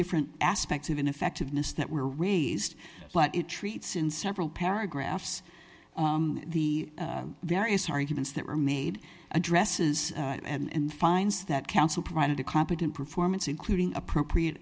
different aspects of ineffectiveness that were raised but it treats in several paragraphs the various arguments that were made addresses and finds that counsel provided a competent performance including appropriate